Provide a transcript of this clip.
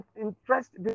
interest